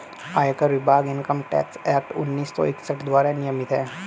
आयकर विभाग income tax act उन्नीस सौ इकसठ द्वारा नियमित है